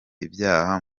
ibyaha